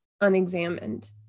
unexamined